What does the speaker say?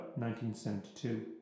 1972